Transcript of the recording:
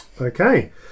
Okay